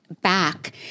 back